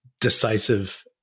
decisive